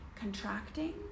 contracting